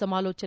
ಸಮಾಲೋಚನೆ